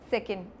Second